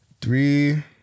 Three